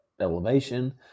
elevation